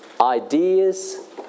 ideas